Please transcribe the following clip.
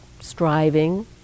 striving